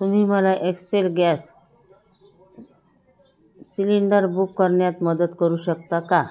तुम्ही मला Excel gas cylinder book करण्यात मदत करू शकता का